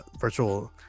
virtual